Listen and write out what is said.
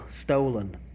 stolen